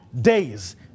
days